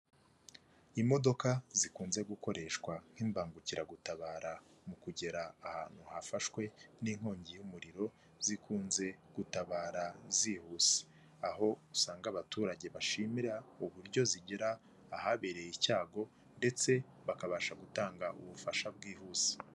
Imodoka zikunze gukoreshwa nk'imbangukiragutabara mu kugera ahantu hafashwe n'inkongi y'umuriro, zikunze gutabara zihuse, aho usanga abaturage bashimira uburyo zigera ahabereye icyago ndetse bakabasha gutanga ubufasha bwihuse.